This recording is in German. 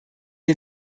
wir